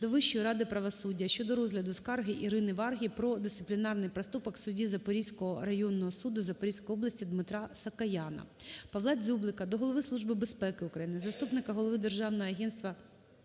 до Вищої ради правосуддя щодо розгляду скарги Ірини Варги про дисциплінарний проступок судді Запорізького районного суду Запорізької області Дмитра Сакояна. Павла Дзюблика до Голови Служби безпеки України, заступника Голови Державного агентства